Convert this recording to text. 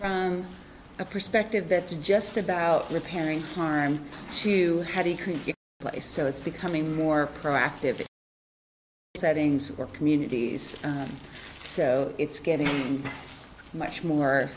evolving a perspective that's just about repairing harm to heavy cream play so it's becoming more proactive settings or communities so it's getting much more